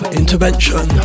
intervention